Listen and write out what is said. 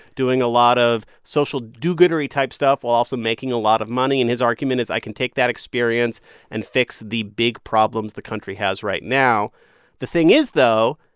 doing a lot of social do-goodery-type stuff, while also making a lot of money. and his argument is, i can take that experience and fix the big problems the country has right now the thing is, though,